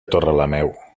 torrelameu